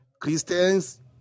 Christians